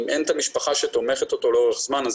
אם אין את המשפחה שתומכת בו לאורך זמן אז